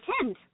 attend